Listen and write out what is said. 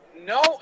No